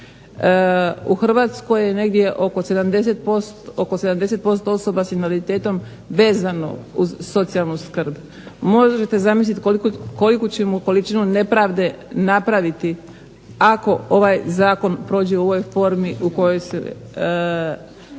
U Hrvatskoj je negdje oko 70% osoba s invaliditetom vezano uz socijalnu skrb. Možete zamisliti koliku ćemo količinu nepravde napraviti ako ovaj zakon prođe u ovoj formi u kojoj smo